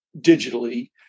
digitally